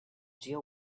deal